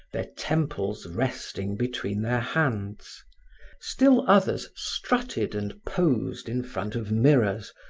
their temples resting between their hands still others strutted and posed in front of mirrors,